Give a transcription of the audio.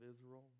Israel